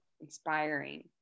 inspiring